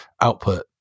output